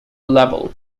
level